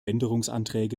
änderungsanträge